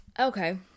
Okay